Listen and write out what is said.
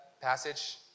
passage